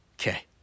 Okay